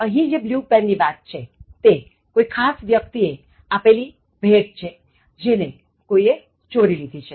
અહીં જે blue pen ની વાત છે તે કોઇ ખાસ વ્યક્તિ એ આપેલી ભેટ છે જેને કોઇએ ચોરી લીધી છે